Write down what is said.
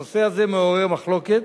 הנושא הזה מעורר מחלוקת.